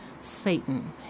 Satan